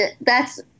thats